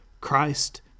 Christ